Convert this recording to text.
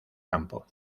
campo